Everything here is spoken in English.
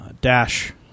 dash